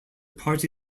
party